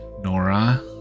Nora